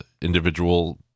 individual